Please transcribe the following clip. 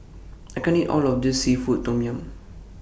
I can't eat All of This Seafood Tom Yum